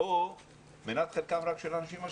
או מנת חלקם רק של אנשים עשירים.